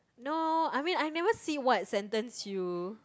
no I mean I've never see what sentence you